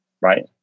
right